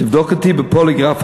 תבדוק אותי בפוליגרף,